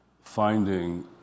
finding